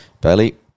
Bailey